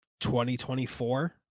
2024